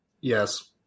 Yes